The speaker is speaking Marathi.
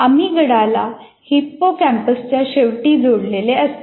अमिगडाला हिप्पोकॅम्पसच्या शेवटी जोडलेले असते